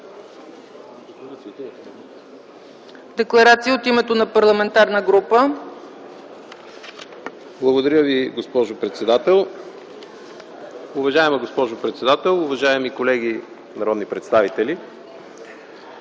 Декларация от името на парламентарна група. ПЕТЪР КУРУМБАШЕВ (КБ): Благодаря Ви, госпожо председател. Уважаема госпожо председател, уважаеми колеги народни представители!